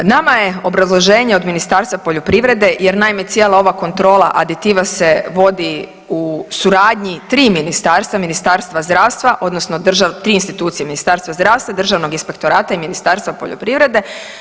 Nama je obrazloženje iz Ministarstva poljoprivrede jer naime cijela ova kontrola aditiva se vodi u suradnji 3 ministarstva, Ministarstva zdravstva, odnosno 3 institucije, Ministarstva zdravstva i Državnog inspektorata i Ministarstva poljoprivrede.